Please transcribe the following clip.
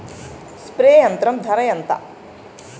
Spray యంత్రం ధర ఏంతా?